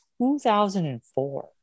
2004